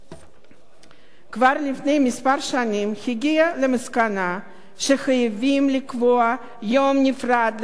מספר שנים הגיע למסקנה שחייבים לקבוע יום נפרד לחסידי אומות העולם.